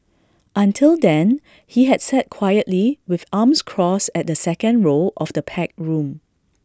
until then he had sat quietly with arms crossed at the second row of the packed room